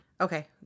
Okay